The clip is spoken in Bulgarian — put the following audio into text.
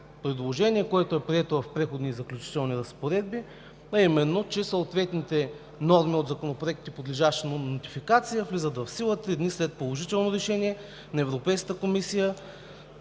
предложение, което е прието в Преходните и заключителни разпоредби, а именно, че съответните норми от законопроектите, подлежащи на нотификация, влизат в сила три дни след положително решение на Европейската комисия